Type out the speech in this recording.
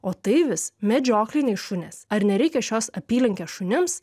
o tai vis medžiokliniai šunys ar nereikia šios apylinkės šunims